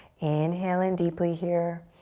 inhale in deeply here.